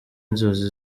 inzozi